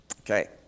Okay